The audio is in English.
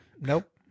Nope